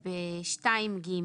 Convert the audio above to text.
ב-2(ג),